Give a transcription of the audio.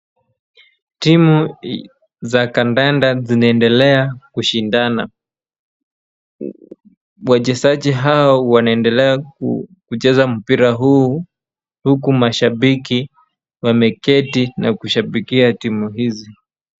Timu za kandanda zinaendelea kushidana. Wachezaji hao wanendelea kucheza mpira huu huku mashabiki wameketi na kushabikia timu hizi.